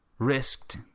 Risked